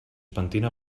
pentina